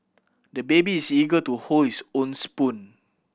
the baby is eager to hold his own spoon